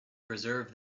preserve